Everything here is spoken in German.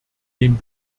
dem